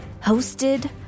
hosted